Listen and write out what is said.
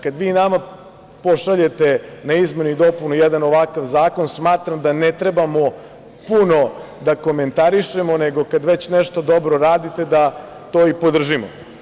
Kada vi nama pošaljete na izmenu i dopunu jedan ovakav zakon, smatram da ne treba puno da komentarišemo, nego kad već nešto dobro radite da to i podržimo.